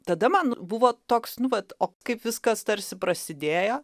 tada man buvo toks nu vat o kaip viskas tarsi prasidėjo